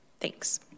thanks